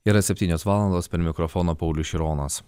yra septynios valandos prie mikrofono paulius šironas